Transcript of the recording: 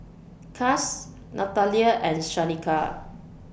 Cass Natalya and Shanika